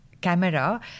camera